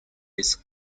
his